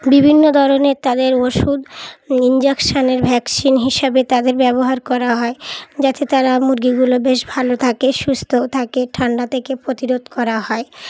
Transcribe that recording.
বিভিন্ন ধরনের তাদের ওষুধ ইনজেকশানের ভ্যাকসিন হিসাবে তাদের ব্যবহার করা হয় যাতে তারা মুরগিগুলো বেশ ভালো থাকে সুস্থ থাকে ঠান্ডা থেকে প্রতিরোধ করা হয়